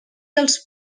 els